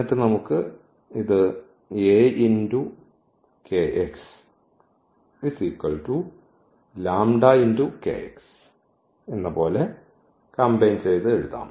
എന്നിട്ട് നമുക്ക് ഇത് പോലെ കംബൈൻ ചെയ്യാം